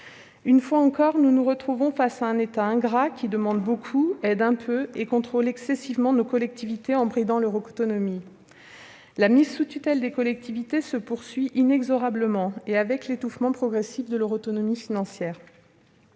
Une fois encore, nous nous retrouvons face à un État ingrat qui demande beaucoup, aide un peu et contrôle excessivement nos collectivités, en bridant leur autonomie. La mise sous tutelle des collectivités se poursuit inexorablement, notamment avec l'étouffement progressif de leur autonomie financière.